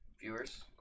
Viewers